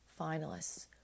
Finalists